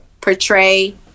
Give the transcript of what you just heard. portray